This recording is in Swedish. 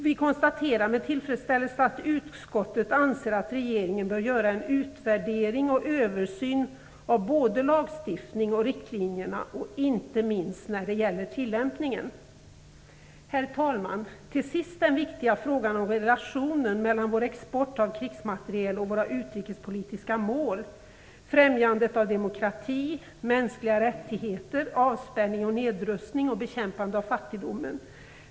Vi konstaterar med tillfredsställelse att utskottet anser att regeringen bör göra en utvärdering och översyn av både lagstiftning och riktlinjerna och inte minst när det gäller tillämpningen. Herr talman! Till sist vill jag ta upp den viktiga frågan om relationen mellan vår export av krigsmateriel och våra utrikespolitiska mål, främjandet av demokrati, mänskliga rättigheter, avspänning och nedrustning samt bekämpande av fattigdomen.